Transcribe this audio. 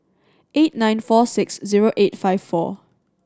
eight nine four six zero eight five four